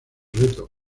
reto